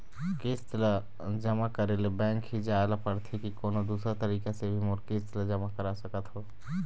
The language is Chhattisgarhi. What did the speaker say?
किस्त ला जमा करे ले बैंक ही जाए ला पड़ते कि कोन्हो दूसरा तरीका से भी मोर किस्त ला जमा करा सकत हो?